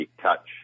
touch